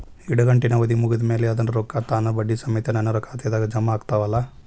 ಇಡಗಂಟಿನ್ ಅವಧಿ ಮುಗದ್ ಮ್ಯಾಲೆ ಅದರ ರೊಕ್ಕಾ ತಾನ ಬಡ್ಡಿ ಸಮೇತ ನನ್ನ ಖಾತೆದಾಗ್ ಜಮಾ ಆಗ್ತಾವ್ ಅಲಾ?